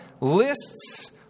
lists